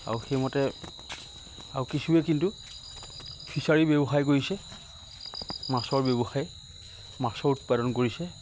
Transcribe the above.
আৰু সেইমতে আও কিছু কিন্তু ফিচাৰী ব্যৱসায় কৰিছে মাছৰ ব্যৱসায় মাছৰ উৎপাদন কৰিছে